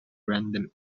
random